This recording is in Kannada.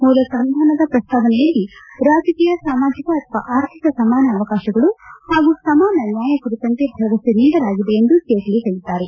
ಮೂಲ ಸಂವಿಧಾನದ ಪ್ರಸ್ತಾವನೆಯಲ್ಲಿ ರಾಜಕೀಯ ಸಾಮಾಜಿಕ ಅಥವಾ ಆರ್ಥಿಕ ಸಮಾನ ಅವಕಾಶಗಳ ಪಾಗೂ ಸಮಾನ ನ್ಯಾಯ ಕುರಿತಂತೆ ಭರವಸೆ ನೀಡಲಾಗಿದೆ ಎಂದು ಜೇಟ್ಲ ಹೇಳಿದ್ದಾರೆ